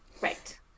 Right